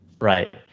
right